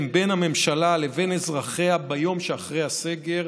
בין הממשלה לבין אזרחיה ביום שאחרי הסגר,